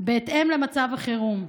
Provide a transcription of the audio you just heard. בהתאם למצב החירום.